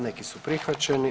Neki su prihvaćeni.